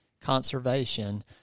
conservation